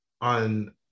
on